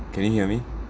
can you hear me